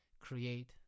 create